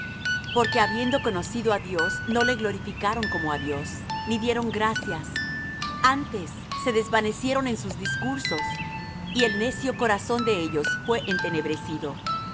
porque habiendo conocido á dios no le glorificaron como á dios ni dieron gracias antes se desvanecieron en sus discursos y el necio corazón de ellos fué entenebrecido